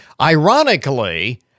Ironically